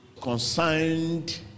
concerned